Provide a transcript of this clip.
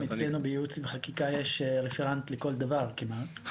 אצלנו בייעוץ וחקיקה יש רפרנט לכל דבר כמעט,